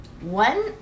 one